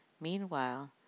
Meanwhile